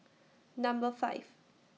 Number five